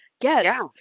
Yes